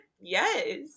Yes